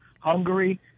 Hungary